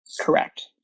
Correct